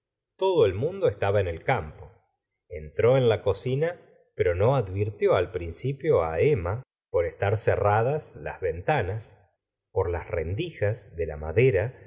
todo el mundo estaba en el campo entró en la cocina pero no advirtió al principio emma por estar cerradas las ventanas por las rendijas de la madera